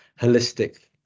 holistic